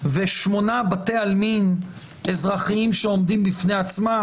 ושמונה בתי עלמין אזרחיים שעומדים בפני עצמם,